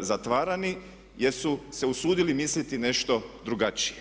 zatvarani jer su se usudili misliti nešto drugačije.